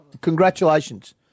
Congratulations